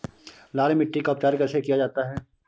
लाल मिट्टी का उपचार कैसे किया जाता है?